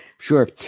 sure